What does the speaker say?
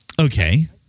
Okay